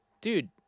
dude